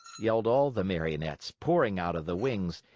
yelled all the marionettes, pouring out of the wings.